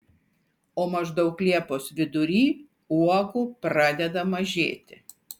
o maždaug liepos vidury uogų pradeda mažėti